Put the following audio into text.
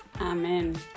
Amen